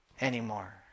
anymore